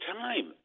time